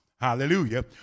Hallelujah